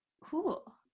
Cool